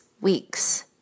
weeks